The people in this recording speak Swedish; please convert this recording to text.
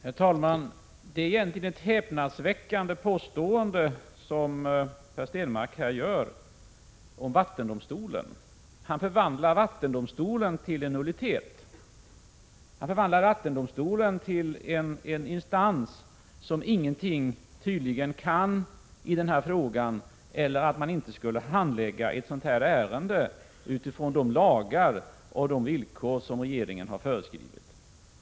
Herr talman! Det är egentligen ett häpnadsväckande påstående som Per Stenmarck här gör om vattendomstolen. Han förvandlar vattendomstolen till en nullitet, till en instans som tydligen ingenting kan i den här frågan, eller som inte skulle handlägga ett sådant här ärende utifrån de lagar och villkor som regeringen har föreskrivit.